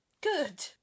Good